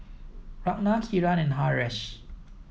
Ranga Kiran and Haresh